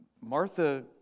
Martha